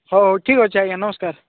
ହଉ ଠିକ୍ ଅଛି ଆଜ୍ଞା ନମସ୍କାର